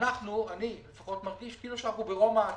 אני לפחות מרגיש כאילו שאנחנו ברומא העתיקה.